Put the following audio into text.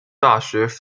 大学